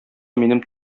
минем